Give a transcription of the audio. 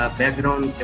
background